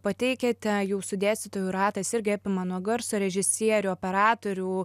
pateikiate jūsų dėstytojų ratas irgi apima nuo garso režisierių operatorių